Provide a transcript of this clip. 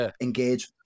engage